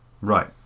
Right